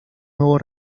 nuevo